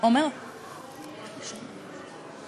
אני בעד הצבעה.